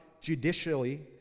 judicially